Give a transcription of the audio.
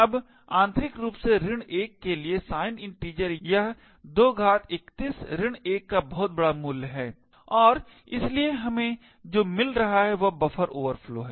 अब आंतरिक रूप से 1 के लिए signed integer यह 2 घात 31 1 का बहुत बड़ा मूल्य है और इसलिए हमें जो मिल रहा है वह बफर ओवरफ्लो है